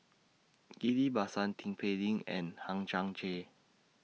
Ghillie BaSan Tin Pei Ling and Hang Chang Chieh